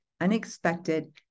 Unexpected